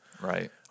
Right